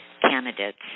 candidates